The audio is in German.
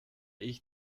ich